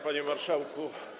Panie Marszałku!